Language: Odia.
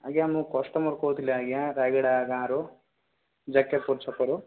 ଆଜ୍ଞା ମୁଁ କଷ୍ଟମର୍ କହୁଥିଲି ଆଜ୍ଞା ରାୟଗଡ଼ା ଗାଁରୁ ଯେକେପୁର ଛକରୁ